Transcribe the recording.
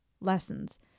lessons